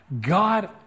God